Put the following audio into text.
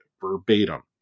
verbatim